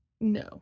No